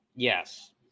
Yes